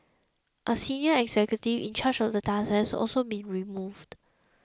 a senior executive in charge of the task has also been removed